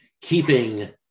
Keeping